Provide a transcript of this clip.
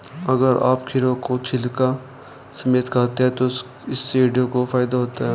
अगर आप खीरा को छिलका समेत खाते हैं तो इससे हड्डियों को फायदा होता है